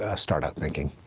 ah start out thinking?